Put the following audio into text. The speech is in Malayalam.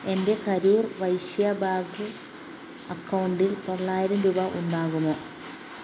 എൻ്റെ കരൂർ വൈശ്യാ ബാങ്ക് അക്കൗണ്ടിൽ തൊള്ളായിരം രൂപ ഉണ്ടാകുമോ